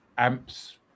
amps